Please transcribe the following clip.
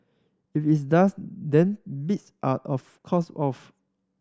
if is does then beats are of course off